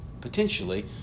potentially